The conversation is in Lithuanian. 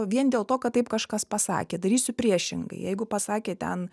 vien dėl to kad taip kažkas pasakė darysiu priešingai jeigu pasakė ten